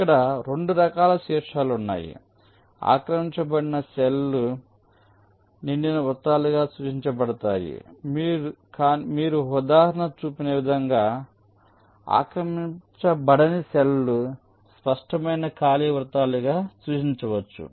ఇక్కడ 2 రకాల శీర్షాలు ఉన్నాయి ఆక్రమించబడిన సెల్ లు నిండిన వృత్తాలుగా సూచించబడతాయి కాని మీరు ఉదాహరణ చూపిన విధంగా ఆక్రమించబడని సెల్ లు స్పష్టమైన ఖాళీ వృత్తాలుగా సూచించవచ్చు